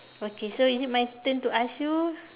okay so is it my turn to ask you